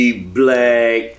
Black